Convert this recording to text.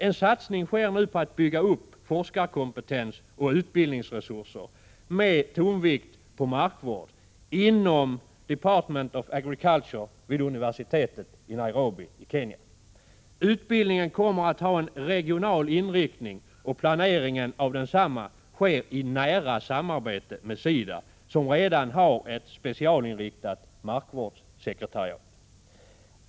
En satsning sker nu på att bygga upp forskarkompetens och utbildningsresurser med tonvikt på markvård inom Department of Agriculture vid universitetet i Nairobi i Kenya. Utbildningen kommer att ha en regional inriktning. Planeringen av densamma sker i nära samarbete med SIDA, som redan har ett specialinriktat markvårdssekretariat.